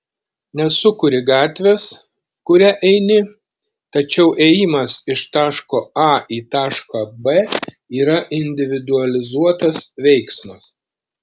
nesukuri gatvės kuria eini tačiau ėjimas iš taško a į tašką b yra individualizuotas veiksmas